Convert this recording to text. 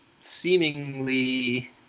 seemingly